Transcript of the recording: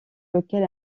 lequel